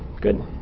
Good